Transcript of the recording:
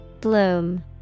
Bloom